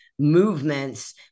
movements